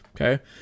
Okay